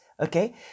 Okay